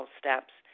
steps